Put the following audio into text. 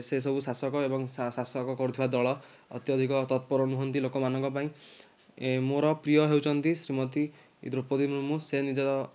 ସେସବୁ ଶାସକ ଏବଂ ଶାସକ କରୁଥିବା ଦଳ ଅତ୍ୟଧିକ ତତ୍ପର ନୁହନ୍ତି ଲୋକମାନଙ୍କ ପାଇଁ ମୋର ପ୍ରିୟ ହେଉଛନ୍ତି ଶ୍ରୀମତୀ ଦ୍ରୌପଦୀ ମୁର୍ମୁ ସେ ନିଜର